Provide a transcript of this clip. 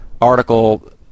article